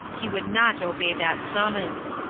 he would not obey that summons.